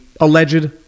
alleged